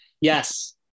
yes